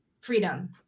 freedom